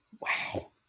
Wow